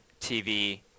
TV